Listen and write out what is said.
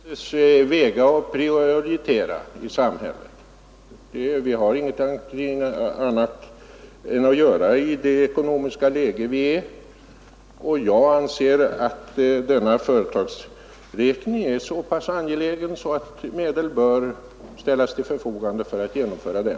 Fru talman! Vi skall naturligtvis avväga och prioritera i samhället. Något annat bör vi inte göra i det ekonomiska läge vi befinner oss i. Jag anser att denna företagsräkning är så pass angelägen att medel bör ställas till förfogande för att genomföra den.